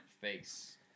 face